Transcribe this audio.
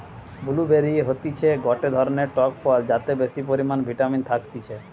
blue বেরি হতিছে গটে ধরণের টক ফল যাতে বেশি পরিমানে ভিটামিন থাকতিছে